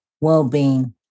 well-being